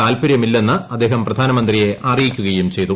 താല്പര്യമില്ലെന്ന് അദ്ദേഹം പ്രധാനമന്ത്രിയെ അറിയിക്കുകയും ചെയ്തു